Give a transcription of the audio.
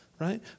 Right